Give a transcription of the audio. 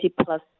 plus